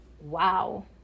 wow